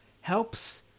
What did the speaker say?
helps